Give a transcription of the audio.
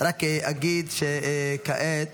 רק אגיד שכעת